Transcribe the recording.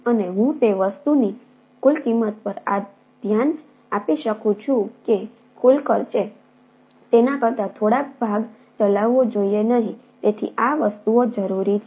અને હું તે વસ્તુની કુલ કિંમત પર ધ્યાન આપી શકું છું કે કુલ ખર્ચે તેના કરતા થોડોક ભાગ ચલાવવો જોઈએ નહીં તેથી આ વસ્તુઓ જરૂરી છે